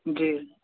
जी